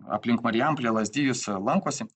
aplink marijampolę lazdijus lankosi